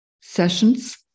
Sessions